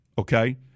Okay